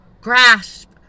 grasp